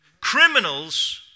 criminals